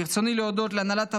ברצוני להודות להנהלת הוועדה,